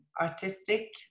artistic